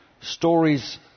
Stories